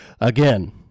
Again